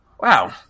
wow